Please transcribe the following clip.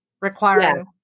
requiring